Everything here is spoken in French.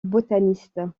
botaniste